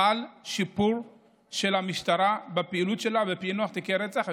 חל שיפור בפעילות של המשטרה בפענוח תיקי רצח,